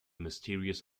mysterious